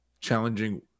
challenging